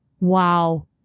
Wow